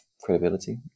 credibility